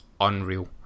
unreal